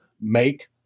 make